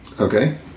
Okay